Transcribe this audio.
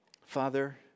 Father